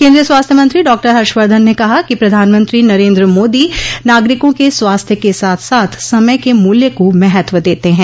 केन्द्रीय स्वास्थ्य मंत्री डॉक्टर हर्षवर्धन ने कहा कि प्रधानमंत्री नरेन्द्र मोदी नागरिकों के स्वास्थ्य के साथ साथ समय के मूल्य को महत्व देते हैं